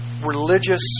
religious